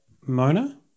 Mona